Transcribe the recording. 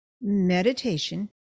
Meditation